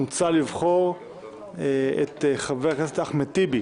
מוצע לבחור את חבר הכנסת אחמד טיבי,